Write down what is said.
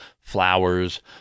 flowers